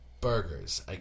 burgers